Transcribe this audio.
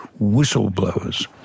whistleblowers